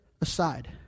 aside